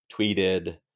tweeted